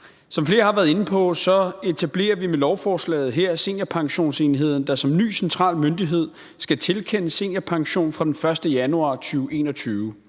Som flere har været inde på, etablerer vi med lovforslaget her Seniorpensionsenheden, der som en ny central myndighed skal tilkende seniorpension fra den 1. januar 2021.